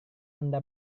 anda